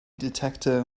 detector